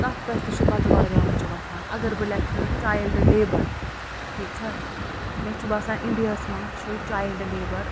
تَتھ پٮ۪ٹھ تہِ چھِ پَتہٕ واریاہ اوٚنگجہِ ۄۄتھان اَگر بہٕ لیٚکھہٕ چایِلڈٕ لیبَر ٹھیٖک چھا مےٚ چھُ باسان اِنڈیا ہَس منٛز چھُ چایِلڈٕ لیبَر